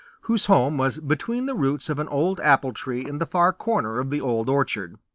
whose home was between the roots of an old apple-tree in the far corner of the old orchard.